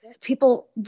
people